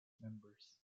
members